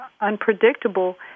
unpredictable